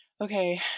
okay